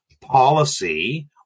policy